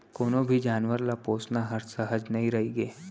कोनों भी जानवर ल पोसना हर सहज नइ रइगे